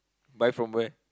buy from where